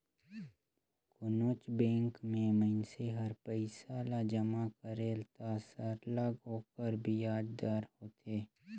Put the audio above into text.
कोनोच बंेक में मइनसे हर पइसा ल जमा करेल त सरलग ओकर बियाज दर होथे